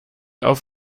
auf